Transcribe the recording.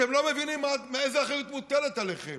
אתם לא מבינים איזו אחריות מוטלת עליכם.